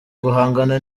guhangana